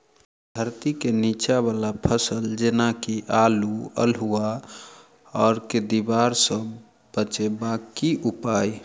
धरती केँ नीचा वला फसल जेना की आलु, अल्हुआ आर केँ दीवार सऽ बचेबाक की उपाय?